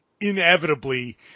inevitably